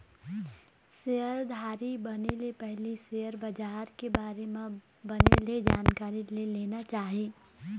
सेयरधारी बने ले पहिली सेयर बजार के बारे म बने ले जानकारी ले लेना चाही